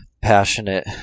passionate